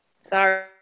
Sorry